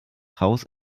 haus